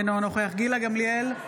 אינו נוכח גילה גמליאל,